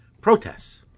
protests